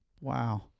Wow